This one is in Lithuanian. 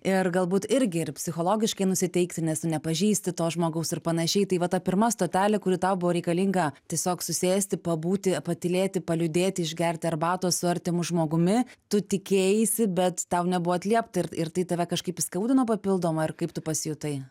ir galbūt irgi ir psichologiškai nusiteikti nes tu nepažįsti to žmogaus ir panašiai tai va ta pirma stotelė kuri tau buvo reikalinga tiesiog susėsti pabūti patylėti paliūdėti išgerti arbatos su artimu žmogumi tu tikėjaisi bet tau nebuvo atliepta ir ir tai tave kažkaip įskaudino papildomai ar kaip tu pasijutai